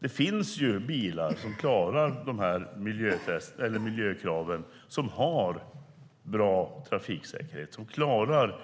Det finns bilar som klarar miljökraven och har bra trafiksäkerhet, som klarar